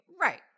Right